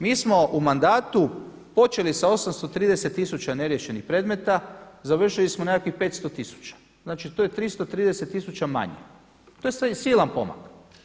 Mi smo u mandatu počeli sa 830 tisuća neriješenih predmeta, završili smo nekakvih 500 tisuća, znači to je 330 tisuća manje to je silan pomak.